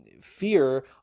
fear